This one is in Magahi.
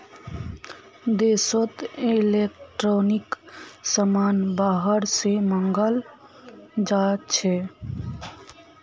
देशोत इलेक्ट्रॉनिक समान बाहर से मँगाल जाछे